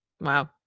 Wow